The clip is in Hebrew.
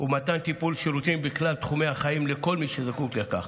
ובמתן טיפול ושירותים בכלל תחומי החיים לכל מי שזקוק לכך.